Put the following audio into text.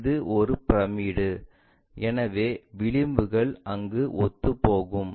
இது ஒரு பிரமிடு எனவே விளிம்புகள் அங்கு ஒத்துப்போகும்